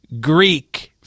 Greek